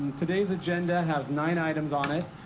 today's agenda has nine items on it.